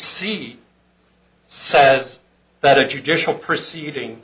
six e says that a judicial proceeding